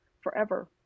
forever